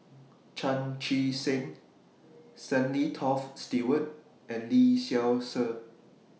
Chan Chee Seng Stanley Toft Stewart and Lee Seow Ser